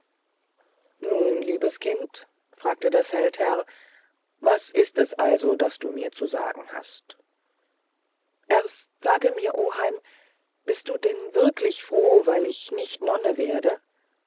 nun liebes kind fragte der feldherr was ist es also was du mir zu sagen hast erst sage mir oheim bist du denn wirklich froh weil ich nicht nonne werde